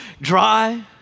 dry